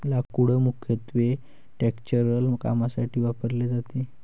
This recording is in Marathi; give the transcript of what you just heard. लाकूड मुख्यत्वे स्ट्रक्चरल कामांसाठी वापरले जाते